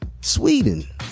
Sweden